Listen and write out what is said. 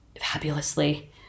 fabulously